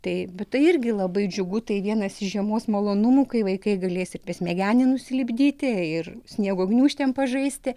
tai bet tai irgi labai džiugu tai vienas iš žiemos malonumų kai vaikai galės ir besmegenį nusilipdyti ir sniego gniūžtėm pažaisti